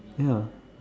ya